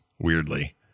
Weirdly